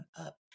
up